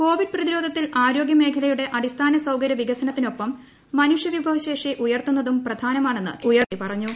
Covid പ്രതിരോധത്തിൽ ആരോഗ്യമേഖലയുടെ അടിസ്ഥാന സൌകര്യ വികസനത്തിനൊപ്പം മനുഷൃവിഭവശേഷി ഉയർത്തുന്നതും പ്രധാനമാണെന്ന് കേന്ദ്രമന്ത്രി പറഞ്ഞു